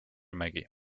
mägi